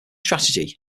strategy